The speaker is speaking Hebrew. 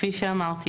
כפי שאמרתי,